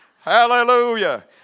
Hallelujah